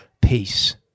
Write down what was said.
Peace